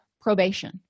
probation